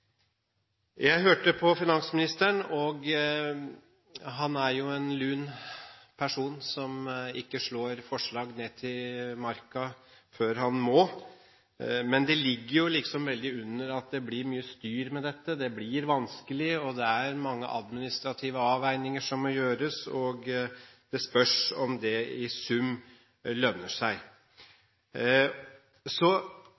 Jeg hørte på finansministeren, og han er jo en lun person som ikke slår forslag til marken før han må, men det lå jo liksom veldig under at det blir mye styr med dette, at det blir vanskelig, og at det er mange administrative avveininger som må gjøres, og at det spørs om det i sum vil lønne seg.